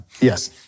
yes